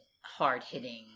hard-hitting